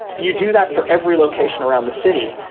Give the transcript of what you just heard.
you do that for every location around the city.